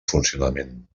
funcionament